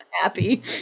happy